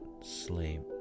sleep